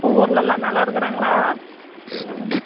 ஊர்லெலாம் நல்லா இருக்கிறாங்களா ம்